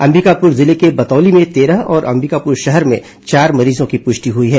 अंबिकापुर जिले के बतौली में तेरह और अंबिकापूर शहर में चार मरीजों की पृष्टि हुई है